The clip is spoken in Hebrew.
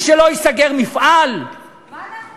שלא ייסגר מפעל מה אנחנו עושים עכשיו?